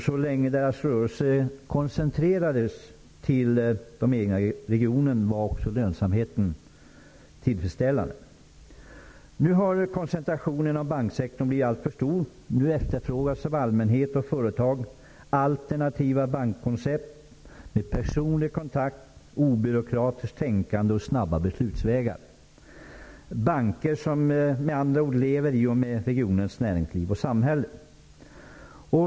Så länge deras rörelse koncentrerades till de egna regionerna var också lönsamheten tillfredsställande. Nu har koncentrationen av banksektorn blivit alltför stor. Nu efterfrågas av allmänhet och företag alternativa bankkoncept med personlig kontakt, obyråkratiskt tänkande och snabba beslutsvägar -- banker som med andra ord lever i och med regionens näringsliv och samhälle.